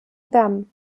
them